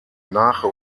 nach